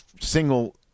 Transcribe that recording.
single